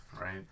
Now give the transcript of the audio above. right